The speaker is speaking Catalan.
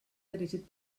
dirigit